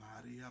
Maria